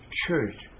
church